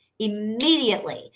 Immediately